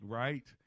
right